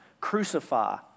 crucify